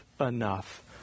enough